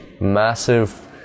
massive